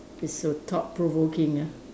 it's a thought provoking ah